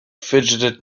fidgeted